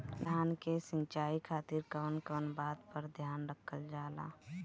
धान के सिंचाई खातिर कवन कवन बात पर ध्यान रखल जा ला?